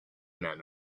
men